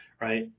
right